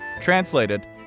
Translated